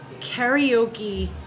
karaoke